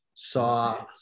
Saw